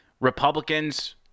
Republicans